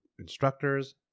Instructors